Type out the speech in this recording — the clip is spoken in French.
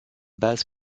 base